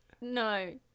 No